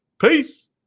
Peace